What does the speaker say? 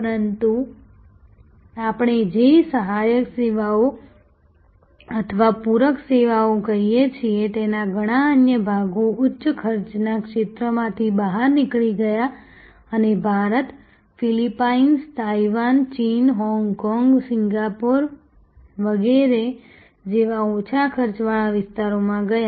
પરંતુ આપણે જેને સહાયક સેવાઓ અથવા પૂરક સેવાઓ કહીએ છીએ તેના ઘણા અન્ય ભાગો ઉચ્ચ ખર્ચના ક્ષેત્રોમાંથી બહાર નીકળી ગયા અને ભારત ફિલિપાઇન્સ તાઇવાન ચીન હોંગકોંગ સિંગાપોર વગેરે જેવા ઓછા ખર્ચવાળા વિસ્તારોમાં ગયા